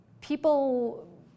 people